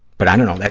but i don't know,